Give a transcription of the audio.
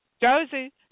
Josie